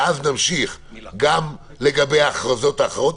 ואז נמשיך, גם לגבי ההכרזות האחרות.